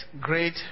great